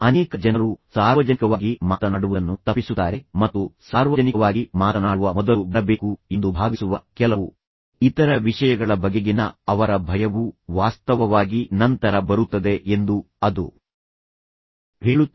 ಅನೇಕ ಜನರು ಸಾರ್ವಜನಿಕವಾಗಿ ಮಾತನಾಡುವುದನ್ನು ತಪ್ಪಿಸುತ್ತಾರೆ ಮತ್ತು ಸಾರ್ವಜನಿಕವಾಗಿ ಮಾತನಾಡುವ ಮೊದಲು ಬರಬೇಕು ಎಂದು ಭಾವಿಸುವ ಕೆಲವು ಇತರ ವಿಷಯಗಳ ಬಗೆಗಿನ ಅವರ ಭಯವು ವಾಸ್ತವವಾಗಿ ನಂತರ ಬರುತ್ತದೆ ಎಂದು ಅದು ಹೇಳುತ್ತದೆ